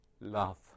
love